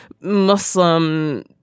muslim